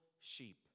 sheep